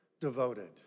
devoted